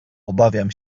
obawiam